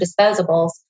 disposables